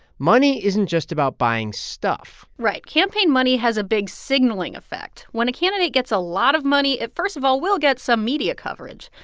money isn't just about buying stuff right. campaign money has a big signaling effect. when a candidate gets a lot of money, it, first of all, will get some media coverage.